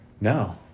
No